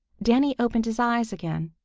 danny opened his eyes again.